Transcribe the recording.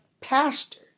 pastor